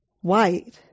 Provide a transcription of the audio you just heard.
white –